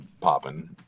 popping